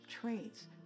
traits